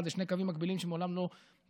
זה שני קווים מקבילים שמעולם לא נפגשים.